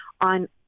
on –